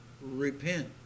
repent